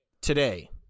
Today